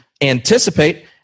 anticipate